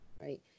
right